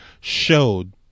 showed